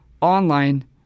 online